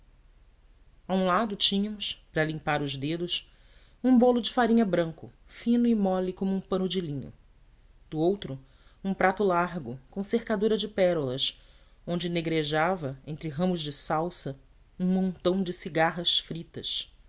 um lado tínhamos para limpar os dedos um bolo de farinha branca fino e mole como um pano de linho do outro um prato largo com cercadura de pérolas onde negrejava entre ramos de salsa um montão de cigarras fritas